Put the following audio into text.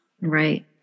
Right